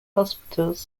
hospitals